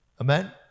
Amen